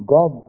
God